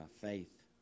faith